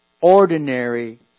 ordinary